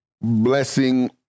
blessing